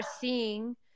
seeing